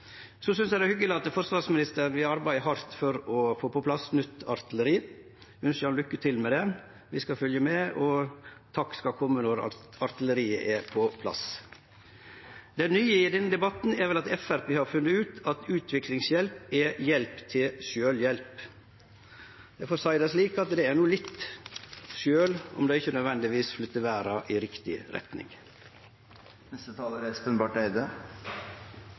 Så synest eg det er hyggeleg at forsvarsministeren vil arbeide hardt for å få på plass nytt artilleri – eg ønskjer han lykke til med det. Vi skal følgje med og takk skal kome når artilleriet er på plass. Det nye i denne debatten er vel at Framstegspartiet har funne ut at utviklingshjelp er hjelp til sjølvhjelp. Eg får seie det slik at det er no litt, sjølv om det ikkje nødvendigvis flytter verda i riktig